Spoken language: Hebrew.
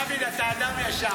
דוד, אתה אדם ישר.